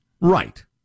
Right